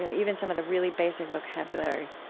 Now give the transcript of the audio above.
you know even some of the really basic vocabulary,